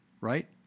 right